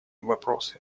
вопросы